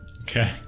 Okay